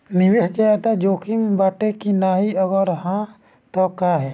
निवेस ज्यादा जोकिम बाटे कि नाहीं अगर हा तह काहे?